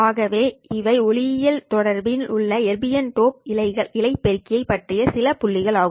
ஆகவே இவை ஒளியியல் தொடர்பில் உள்ள எர்பியம் டாக் இழை பெருக்கிகளை பற்றிய சில புள்ளிகள் ஆகும்